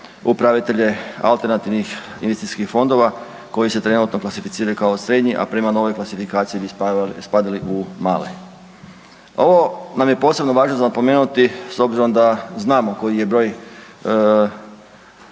upravitelje alternativnih investicijskih fondova koji se trenutno klasificiraju kao srednji, a prema novoj klasifikaciji bi spadali u male. Ovo nam je posebno važno za napomenuti s obzirom da znamo koji je broj